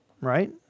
right